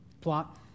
Plot